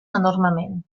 enormement